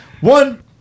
One